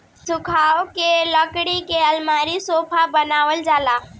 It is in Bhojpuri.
सखुआ के लकड़ी के अलमारी, सोफा बनावल जाला